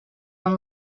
and